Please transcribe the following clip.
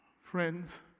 friends